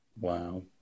Wow